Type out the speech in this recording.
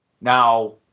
Now